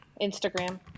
Instagram